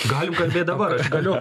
galim kalbėt dabar galiu